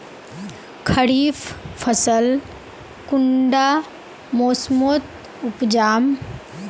खरीफ फसल कुंडा मोसमोत उपजाम?